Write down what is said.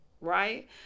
right